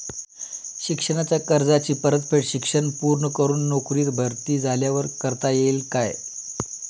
शिक्षणाच्या कर्जाची परतफेड शिक्षण पूर्ण करून नोकरीत भरती झाल्यावर करता येईल काय?